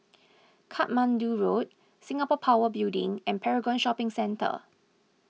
Katmandu Road Singapore Power Building and Paragon Shopping Centre